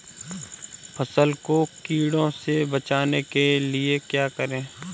फसल को कीड़ों से बचाने के लिए क्या करें?